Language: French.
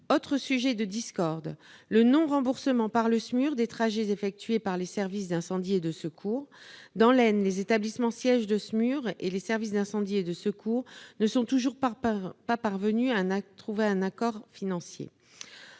service mobile d'urgence et de réanimation (SMUR) des trajets effectués par les services d'incendie et de secours. Dans l'Aisne, les établissements sièges de SMUR et les services d'incendie et de secours ne sont toujours pas parvenus à trouver un accord financier.